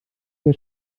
sehr